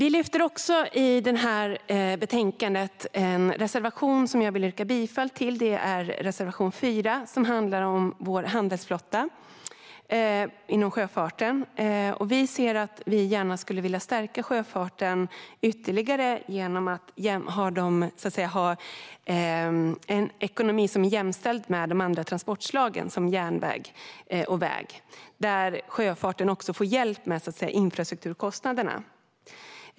I betänkandet lyfter vi upp en reservation som jag vill yrka bifall till. Det är reservation 4 om vår handelsflotta inom sjöfarten. Vi vill stärka sjöfarten ytterligare genom att ge den en ekonomi som är jämställd med de andra transportslagen, som järnväg och väg, så att sjöfarten också får hjälp med infrastrukturkostnaderna.